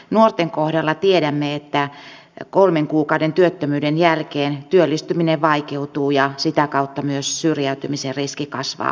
nuorten kohdalla tiedämme että kolmen kuukauden työttömyyden jälkeen työllistyminen vaikeutuu ja sitä kautta myös syrjäytymisen riski kasvaa huomattavasti